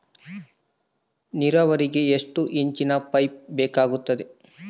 ನೇರಾವರಿಗೆ ಎಷ್ಟು ಇಂಚಿನ ಪೈಪ್ ಬೇಕಾಗುತ್ತದೆ?